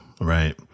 right